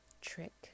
trick